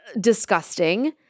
disgusting